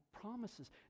promises